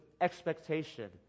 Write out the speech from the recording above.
expectation